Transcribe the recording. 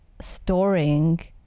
storing